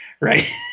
right